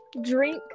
Drink